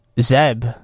Zeb